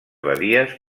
badies